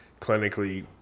clinically